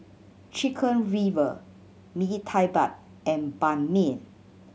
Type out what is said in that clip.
Chicken Liver Mee Tai Mak and Ban Mian